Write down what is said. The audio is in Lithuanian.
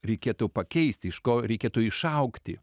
reikėtų pakeisti iš ko reikėtų išaugti